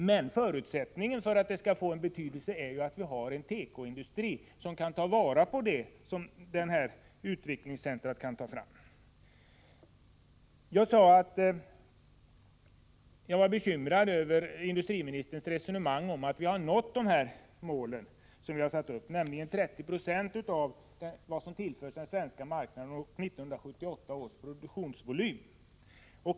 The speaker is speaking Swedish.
Men förutsättningen för att det skall få någon betydelse är att vi har en tekoindustri som kan ta vara på de resultat utvecklingscentrumet tar fram. Jag sade att jag var bekymrad över industriministerns resonemang om att vi har nått de mål vi har satt upp, nämligen 30 90 av vad som tillförs den svenska marknaden med utgångspunkt i 1978 års produktionsvolym.